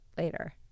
Later